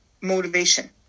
motivation